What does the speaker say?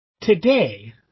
Today